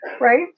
right